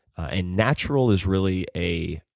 and natural is really a